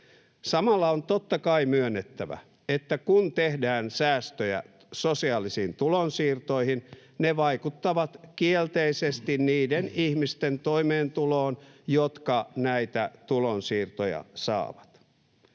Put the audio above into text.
Samalla on totta kai myönnettävä, että kun tehdään säästöjä sosiaalisiin tulonsiirtoihin, ne vaikuttavat kielteisesti niiden ihmisten toimeentuloon, jotka näitä tulonsiirtoja saavat.